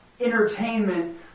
entertainment